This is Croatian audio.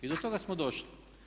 I do toga smo došli.